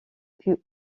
puis